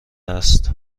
است